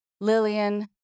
lillian